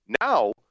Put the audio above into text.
Now